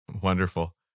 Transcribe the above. Wonderful